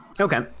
Okay